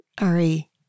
Ari